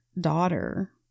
daughter